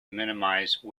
minimize